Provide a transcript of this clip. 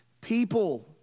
people